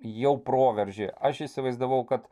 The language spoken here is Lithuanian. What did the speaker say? jau proveržį aš įsivaizdavau kad